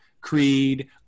creed